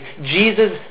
Jesus